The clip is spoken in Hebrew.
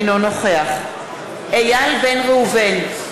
אינו נוכח איל בן ראובן,